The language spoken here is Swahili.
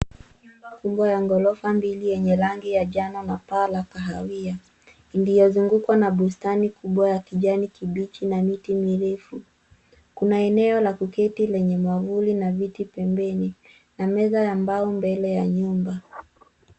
Nyumba kubwa ya ghorofa mbili yenye rangi ya njano na paa la kahawia, iliyozungukwa na bustani kubwa ya kijani kibichi na miti mirefu. Kuna eneo la kuketi lenye mwavuli na viti pembeni na meza ya mbao mbele ya nyumba.